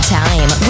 time